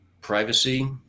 privacy